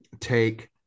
take